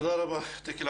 תודה רבה, יישר כוח.